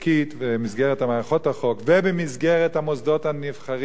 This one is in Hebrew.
ובמסגרת המוסדות הנבחרים והדמוקרטיים,